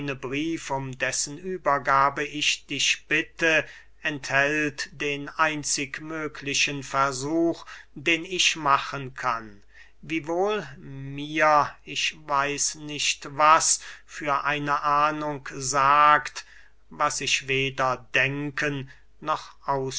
brief um dessen übergabe ich dich bitte enthält den einzig möglichen versuch den ich machen kann wiewohl mir ich weiß nicht was für eine ahnung sagt was ich weder denken noch